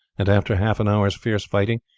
and after half an hour's fierce fighting,